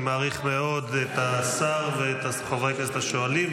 אני מעריך מאוד את השר ואת חברי הכנסת השואלים,